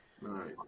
Right